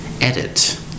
Edit